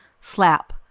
Slap